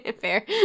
Fair